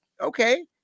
okay